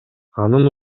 анын